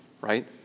right